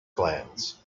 glands